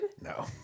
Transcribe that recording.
No